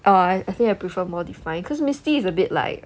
err I think I prefer more defined cause misty is a bit like